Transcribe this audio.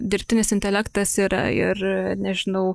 dirbtinis intelektas yra ir nežinau